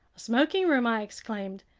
a smoking room? i exclaimed.